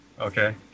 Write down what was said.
okay